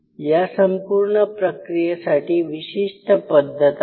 या संपूर्ण प्रक्रियेसाठी विशिष्ट पद्धत आहे